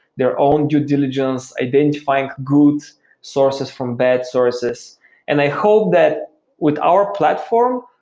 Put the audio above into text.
their own due diligence, identifying goods sources from bad sources and i hope that with our platform,